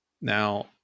Now